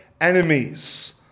enemies